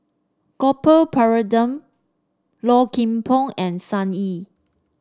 Gopal Baratham Low Kim Pong and Sun Yee